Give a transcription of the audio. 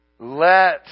Let